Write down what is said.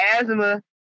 asthma